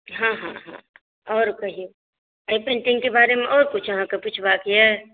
हँ हँ हँ आओर कहियौ एहि पेन्टिङ्गके बारेमे आओर किछु अहाँकेँ पुछबाक यऽ